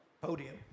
podium